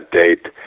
date